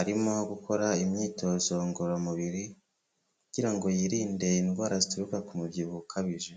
arimo gukora imyitozo ngororamubiri kugira ngo yirinde indwara zituruka ku mubyibuho ukabije.